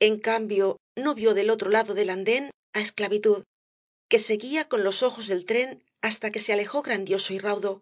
en cambio no vió del otro lado del andén á esclavitud que seguía con los ojos el tren hasta que se alejó grandioso y raudo